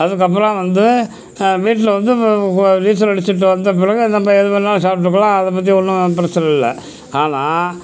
அதுக்கப்புறம் வந்து வீட்டில் வந்து நீச்சல் அடிச்சுட்டு வந்த பிறகு நம்ம எது வேணுனாலாம் சாப்பிட்டுக்கலாம் அதைப் பற்றி ஒன்றும் பிரச்சனை இல்லை ஆனால்